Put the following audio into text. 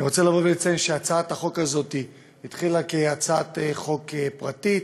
אני רוצה לציין שהצעת החוק הזאת התחילה כהצעת חוק פרטית